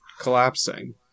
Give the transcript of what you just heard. collapsing